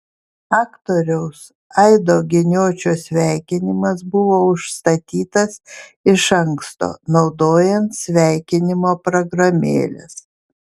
aktoriaus aido giniočio sveikinimas buvo užstatytas iš anksto naudojant sveikinimo programėles